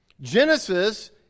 Genesis